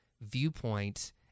viewpoint